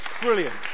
Brilliant